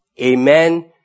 Amen